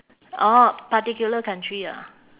orh particular country ah